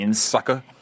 Sucker